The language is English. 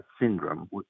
syndrome